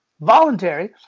voluntary